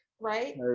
Right